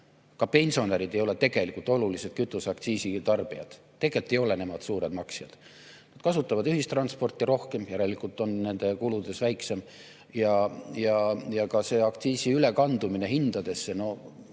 Ka pensionärid ei ole tegelikult olulised kütuseaktsiisi tarbijad, tegelikult ei ole nemad suured maksjad. Nad kasutavad ühistransporti rohkem, järelikult on see nende kuludes väiksem. Ja ka aktsiisi ülekandumine hindadesse – no